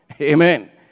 Amen